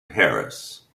paris